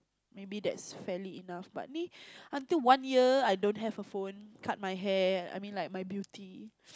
maybe that's fairly enough but me until one year I don't have a phone cut my hair I mean like my beauty